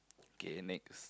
K next